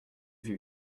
j’ai